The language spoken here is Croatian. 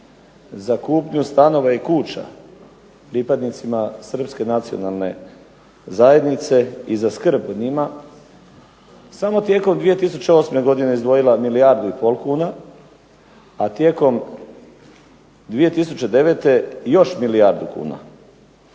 za kupnju stanova i kuća pripadnicima srpske nacionalne zajednice i za skrb o njima samo tijekom 2008. godine izdvojila milijardu i pol kuna, a tijekom 2009. još milijardu kuna.